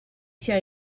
sia